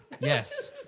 Yes